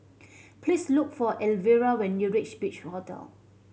please look for Elvera when you reach Beach Hotel